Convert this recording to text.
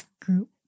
group